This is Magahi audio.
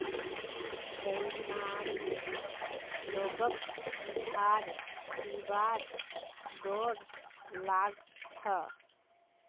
बेईमान लोगक उधार दिबार डोर लाग छ